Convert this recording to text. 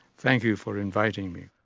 thank you for inviting me.